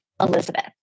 Elizabeth